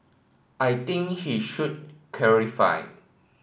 I think he should